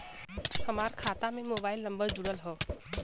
हमार खाता में मोबाइल नम्बर जुड़ल हो?